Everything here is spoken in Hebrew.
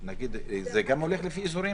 זה גם הולך לפי אזורים?